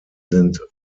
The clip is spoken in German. sind